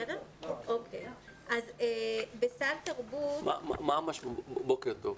אוקיי, אז בסל תרבות --- בוקר טוב.